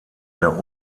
der